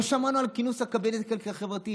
לא שמענו על כינוס הקבינט הכלכלי-חברתי.